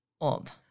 Old